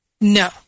No